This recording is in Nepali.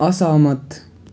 असहमत